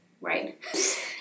right